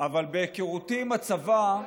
אבל בהיכרותי עם הצבא,